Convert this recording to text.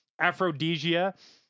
aphrodisia